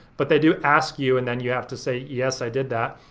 but they do ask you and then you have to say yes i did that,